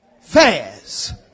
fast